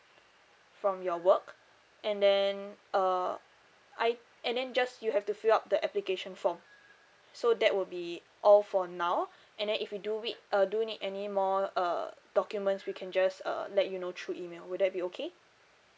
from your work and then uh I and then just you have to fill up the application form so that would be all for now and then if we do week uh do need any more uh documents we can just uh let you know through email would that be okay